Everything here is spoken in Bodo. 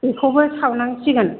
बेखौबो सावनांसिगोन